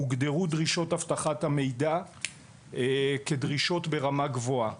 הוגדרו דרישות אבטחת המידע כדרישות ברמה גבוהה.